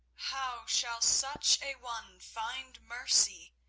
how shall such a one find mercy?